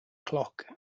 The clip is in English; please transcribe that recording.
clock